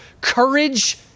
courage